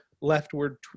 leftward